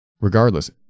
Regardless